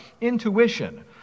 intuition